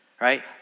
right